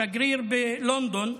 השגריר בלונדון,